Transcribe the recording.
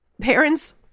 parents